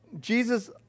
Jesus